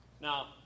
Now